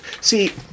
See